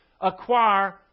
acquire